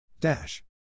Dash